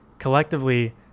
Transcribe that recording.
collectively